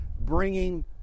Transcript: bringing